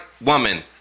woman